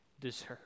deserve